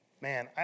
Man